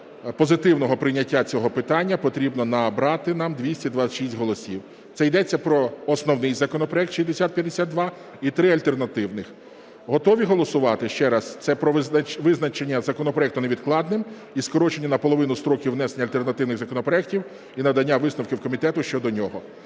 позитивного прийняття цього питання потрібно набрати нам 226 голосів. Це йдеться про основний законопроект 6052 і три альтеративних. Готові голосувати? Ще раз, це про визначення законопроекту невідкладним і скорочення наполовину строків внесення альтернативних законопроектів і надання висновку комітету щодо нього.